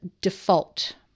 default